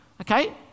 Okay